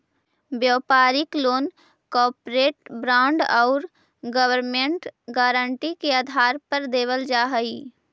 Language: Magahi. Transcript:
व्यापारिक लोन कॉरपोरेट बॉन्ड और गवर्नमेंट गारंटी के आधार पर देवल जा हई